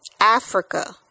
Africa